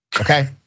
okay